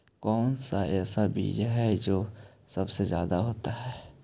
कौन सा ऐसा बीज है जो सबसे ज्यादा होता है?